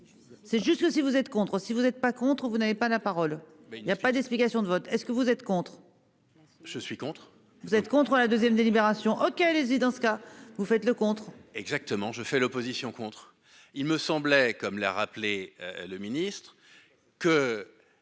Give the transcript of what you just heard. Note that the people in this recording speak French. C'est juste que si vous êtes contre. Si vous êtes pas contre vous n'avez pas la parole il y a pas d'explication de vote. Est-ce que vous êtes contre. Je suis contre. Vous êtes contre la 2ème délibération. Et dans ce cas, vous faites le contre. Exactement, je fais l'opposition contre. Il me semblait comme l'a rappelé le ministre, que.